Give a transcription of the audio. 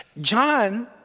John